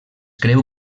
creu